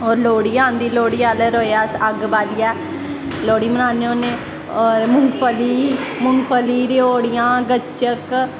और लाह्ड़ा आंदी लोह्ड़ी आह्लै दिन अस अग्ग बाल्लियै लोह्ड़ी बनाने होने और मुंगफली मुंगफली रियोड़ियां गच्चक